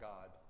God